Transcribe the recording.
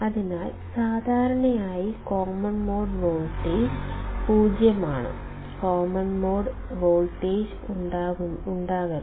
അതിനാൽ സാധാരണയായി common mode voltage 0 ആണ് കോമൺ മോഡ് വോൾട്ടേജ് ഉണ്ടാകരുത്